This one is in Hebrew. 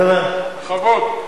בכבוד.